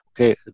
okay